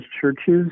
churches